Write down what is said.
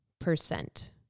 percent